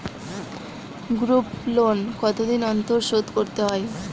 Group loan কতদিন অন্তর শোধকরতে হয়?